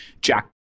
Jack